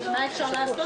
מה אפשר לעשות